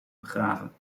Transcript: begraven